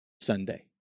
Sunday